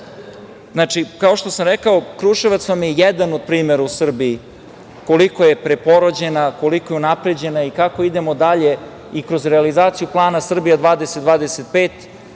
njega. Znači, kao što sam rekao Kruševac je jedan od primera u Srbiji koliko je preporođena, koliko je unapređena i kako idemo dalje i kroz realizaciju plana „Srbija 2025“